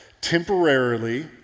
Temporarily